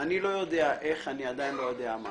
אני לא יודע איך, אני עדיין לא יודע מה,